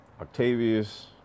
Octavius